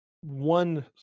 one